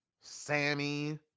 Sammy